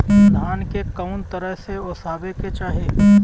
धान के कउन तरह से ओसावे के चाही?